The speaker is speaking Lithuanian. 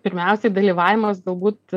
pirmiausiai dalyvavimas galbūt